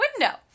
window